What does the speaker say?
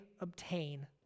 obtain